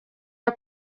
our